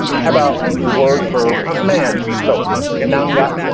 how about the word for um man? so none got.